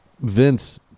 Vince